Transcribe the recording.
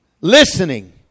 Listening